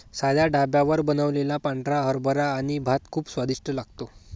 साध्या ढाब्यावर बनवलेला पांढरा हरभरा आणि भात खूप स्वादिष्ट लागतो